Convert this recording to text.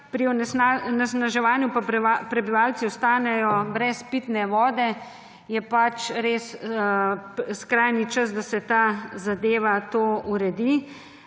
pri onesnaževanju pa prebivalci ostanejo brez pitne vode, je res skrajni čas, da se ta zadeva uredi.